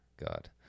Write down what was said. god